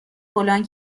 فلان